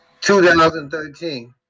2013